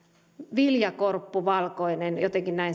viljakorppu valkoinen jotenkin näin